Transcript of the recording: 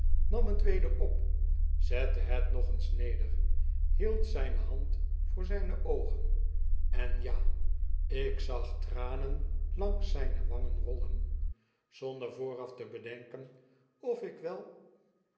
nam het weder op zette het nog eens neder hield zgne hand voor zgne oogen en jaj ik zag tranen langs zyne wangen rollen zonder vooraf te bedenken of ik wel